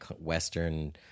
Western